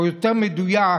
או יותר מדויק,